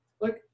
Look